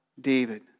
David